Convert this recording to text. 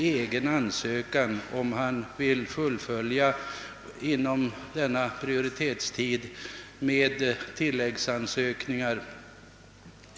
vara förhindrad att, om han vill komplettera sin ansökan inom prioritetstiden, inkomma med tillläggsansökningar.